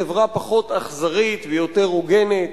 לחברה פחות אכזרית ויותר הוגנת.